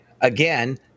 again